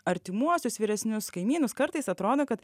artimuosius vyresnius kaimynus kartais atrodo kad